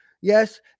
Yes